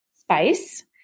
spice